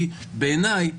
כי בעיניי